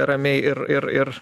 ramiai ir ir ir